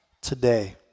today